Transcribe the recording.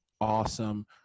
Awesome